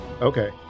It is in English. Okay